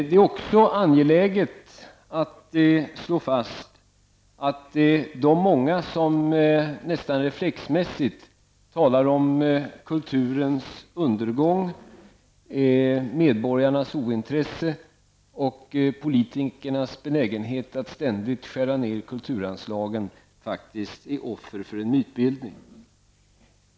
Det är också angeläget att slå fast att de många som nästan reflexmässigt talar om kulturens undergång, medborgarnas ointresse och politikernas benägenhet att ständigt skära ned kulturanslagen faktiskt är offer för en mytbildning.